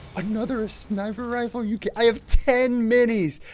another sniper rifle yeah i have ten minis